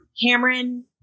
Cameron